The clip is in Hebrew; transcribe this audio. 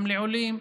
גם לעולים.